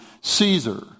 Caesar